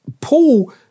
Paul